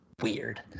Weird